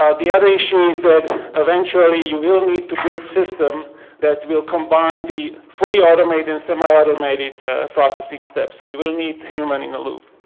um the other issue is that eventually you will need to build a system that will combine the fully automated and semi-automated processing steps so you will need a human in the loop.